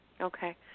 Okay